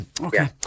okay